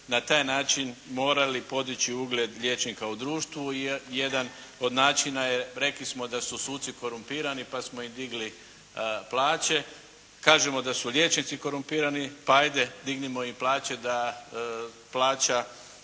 na taj način morali podići ugled liječnika u društvu i jedan od načina je, rekli smo da su suci korumpirani pa smo im digli plaće, kažemo da su liječnici korumpirani pa ajde dignimo im plaće da plaća